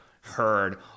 heard